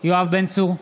יואב בן צור,